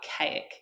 archaic